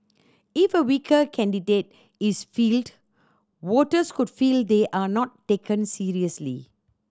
if a weaker candidate is fielded voters could feel they are not taken seriously